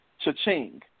cha-ching